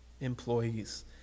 employees